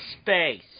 space